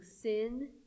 sin